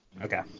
Okay